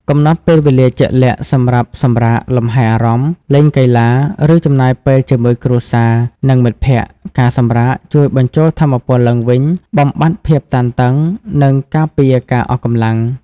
កំណត់ពេលវេលាជាក់លាក់សម្រាប់សម្រាក លំហែអារម្មណ៍ លេងកីឡា ឬចំណាយពេលជាមួយគ្រួសារ និងមិត្តភក្តិ ការសម្រាកជួយបញ្ចូលថាមពលឡើងវិញ បំបាត់ភាពតានតឹង និងការពារការអស់កម្លាំង។